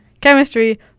chemistry